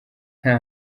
nta